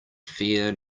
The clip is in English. fear